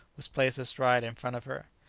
was placed astride in front of her.